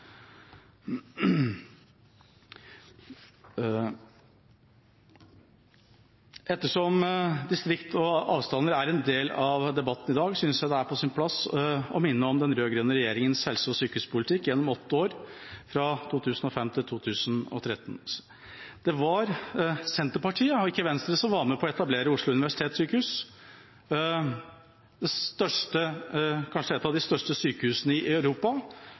Ettersom distrikter og avstander er en del av debatten i dag, synes jeg det er på sin plass å minne om den rød-grønne regjeringas helse- og sykehuspolitikk gjennom åtte år, fra 2005 til 2013. Det var Senterpartiet og ikke Venstre som var med på å etablere Oslo universitetssykehus, kanskje et av de største sykehusene i Europa,